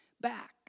back